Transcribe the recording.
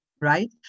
right